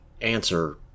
answer